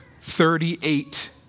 Thirty-eight